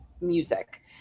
music